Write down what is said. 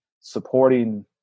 supporting